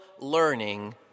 learning